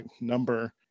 number